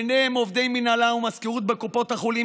ביניהם עובדי מינהלה ומזכירות בקופות החולים,